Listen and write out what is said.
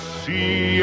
see